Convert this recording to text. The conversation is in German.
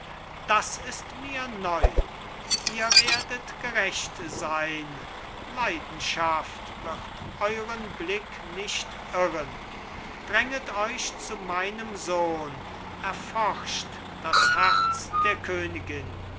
das ist mir neu ihr werdet gerecht sein leidenschaft wird euren blick nicht irren dränget euch zu meinem sohn erforscht das herz der königin